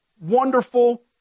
wonderful